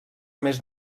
més